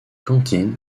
cantine